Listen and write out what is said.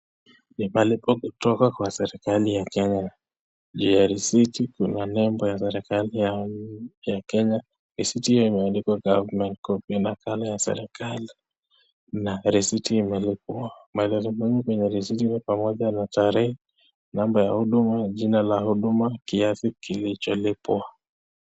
Kibali kutoka kwa serikali ya Kenya. Juu ya risiti kuna nembo ya serikali ya Kenya. Risiti hiyo imeandikwa [Government Copy], nakala ya serikali, na risiti imeandikwa maelezo kwa risiti pamoja na tarehe, namba ya huduma, jina la huduma, kiasi kilicholipwa.